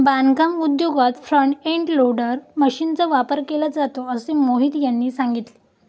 बांधकाम उद्योगात front end loader मशीनचा वापर केला जातो असे मोहित यांनी सांगितले